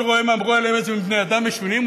כל רואיהם אמרו עליהם: איזה בני אדם משונים,